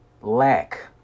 Lack